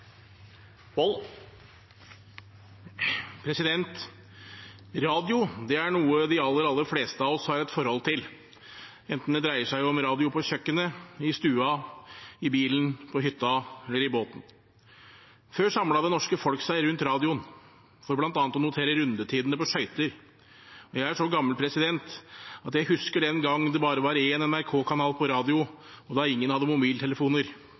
noe de aller, aller fleste av oss har et forhold til, enten det dreier seg om radio på kjøkkenet, i stua, i bilen, på hytta eller i båten. Før samlet det norske folk seg rundt radioen – for bl.a. å notere rundetidene på skøyter. Jeg er så gammel at jeg husker den gang det bare var én NRK-kanal på radio og da ingen hadde mobiltelefoner. Som guttunge ble jeg grepet av